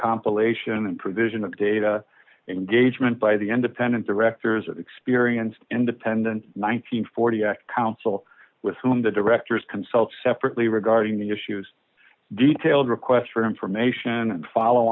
compilation and provision of data engagement by the end dependent directors of experienced independent nine hundred and forty act council with whom the directors consult separately regarding the issues details requests for information and follow